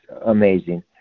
amazing